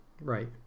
Right